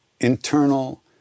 internal